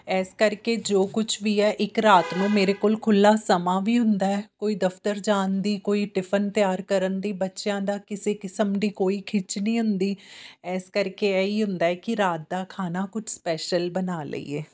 ਇਸ ਕਰਕੇ ਜੋ ਕੁਛ ਵੀ ਹੈ ਇੱਕ ਰਾਤ ਨੂੰ ਮੇਰੇ ਕੋਲ ਖੁੱਲਾ ਸਮਾਂ ਵੀ ਹੁੰਦਾ ਕੋਈ ਦਫ਼ਤਰ ਜਾਣ ਦੀ ਕੋਈ ਟਿਫਨ ਤਿਆਰ ਕਰਨ ਦੀ ਬੱਚਿਆਂ ਦਾ ਕਿਸੇ ਕਿਸਮ ਦੀ ਕੋਈ ਖਿੱਚ ਨਹੀਂ ਹੁੰਦੀ ਇਸ ਕਰਕੇ ਇਹ ਹੀ ਹੁੰਦਾ ਕਿ ਰਾਤ ਦਾ ਖਾਣਾ ਕੁਛ ਸਪੈਸ਼ਲ ਬਣਾ ਲਈਏ